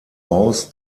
aus